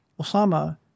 Osama